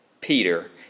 Peter